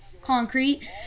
concrete